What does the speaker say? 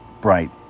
bright